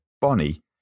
Bonnie